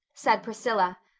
said priscilla.